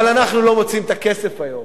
אבל אנחנו לא מוצאים את הכסף היום.